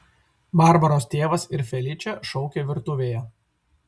barbaros tėvas ir feličė šaukė virtuvėje